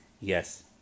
Yes